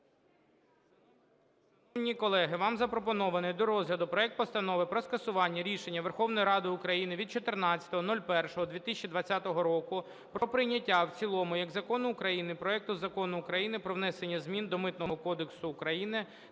Шановні колеги, вам запропонований до розгляду проект Постанови про скасування рішення Верховної Ради України від 14.01.2020 року про прийняття в цілому як закону України проекту Закону України "Про внесення змін до Митного кодексу України